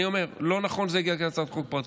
אני אומר: לא נכון שזה יגיע כהצעת חוק פרטית.